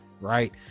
right